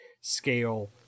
scale